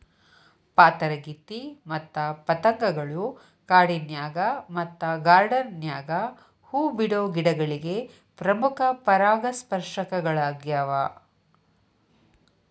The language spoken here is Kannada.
ಪಾತರಗಿತ್ತಿ ಮತ್ತ ಪತಂಗಗಳು ಕಾಡಿನ್ಯಾಗ ಮತ್ತ ಗಾರ್ಡಾನ್ ನ್ಯಾಗ ಹೂ ಬಿಡೋ ಗಿಡಗಳಿಗೆ ಪ್ರಮುಖ ಪರಾಗಸ್ಪರ್ಶಕಗಳ್ಯಾವ